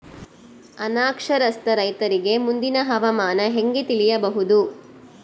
ಅನಕ್ಷರಸ್ಥ ರೈತರಿಗೆ ಮುಂದಿನ ಹವಾಮಾನ ಹೆಂಗೆ ತಿಳಿಯಬಹುದು?